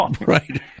Right